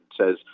says